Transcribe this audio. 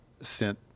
sent